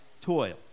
toil